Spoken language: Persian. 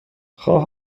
خواه